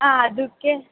ಹಾಂ ಅದಕ್ಕೆ